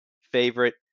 favorite